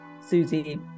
Susie